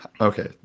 Okay